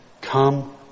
come